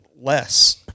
less